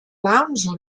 lounge